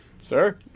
sir